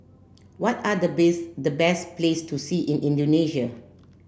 what are the best the best place to see in Indonesia